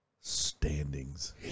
standings